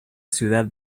ciudad